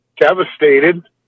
devastated